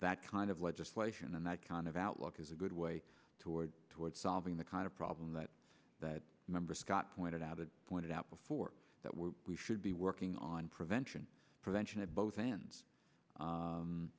that kind of legislation and that kind of outlook is a good way toward toward solving the kind of problem that that member scott pointed out it pointed out before that we're we should be working on prevention prevention and both hands